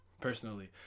personally